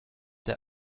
der